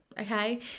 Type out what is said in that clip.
okay